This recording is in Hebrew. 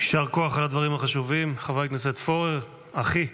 יישר כוח על הדברים החשובים, חבר הכנסת פורר, אחי.